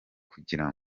kugira